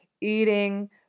eating